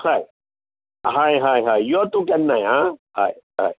हय हय हय हय यो तूं केन्नाय आं हय हय